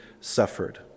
suffered